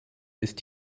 ist